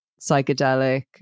psychedelic